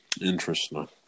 interesting